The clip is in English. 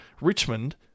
Richmond